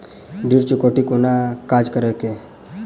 ऋण चुकौती कोना काज करे ये?